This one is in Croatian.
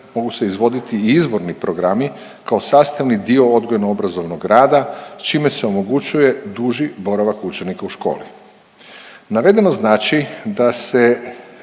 mogu se izvoditi i izborni programi kao sastavni dio odgojno-obrazovnog rada čime se omogućuje duži boravak učenika u školi. Navedeno znači da se